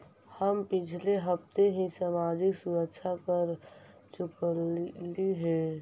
हम पिछले हफ्ते ही सामाजिक सुरक्षा कर चुकइली हे